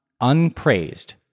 unpraised